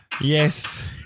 yes